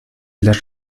las